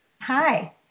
Hi